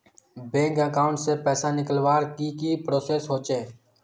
Bank account से पैसा निकालवर की की प्रोसेस होचे?